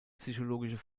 psychologische